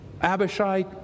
Abishai